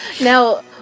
Now